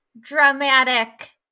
dramatic